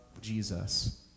Jesus